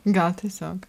gal tiesiog